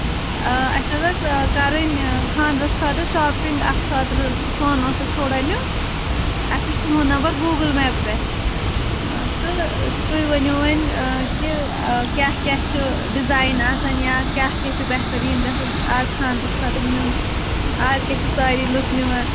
آ اَسہِ حظ ٲس کَرٕنۍ خاندرَس خٲطرٕ شاپِنٛگ اَتھ خٲطرٕ سۄن اوس اَسہِ تھوڑا نیُن اَسہِ وچھ تُہُنٛد نمبر گوٗگٕل میپ پٮ۪ٹھ تہٕ تُہۍ ؤنِو وۅنۍ کہِ کیٛاہ کیٛاہ چھُ ڈِزایِن آسان یا کیٛاہ کیٛاہ چھُ بہتریٖن گژھان اَز خانٛدرَس خٲطرٕ نیُن آز کیٛاہ چھِ سٲری لُکھ نِوان